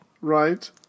Right